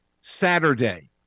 Saturday